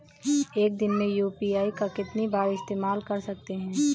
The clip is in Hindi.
एक दिन में यू.पी.आई का कितनी बार इस्तेमाल कर सकते हैं?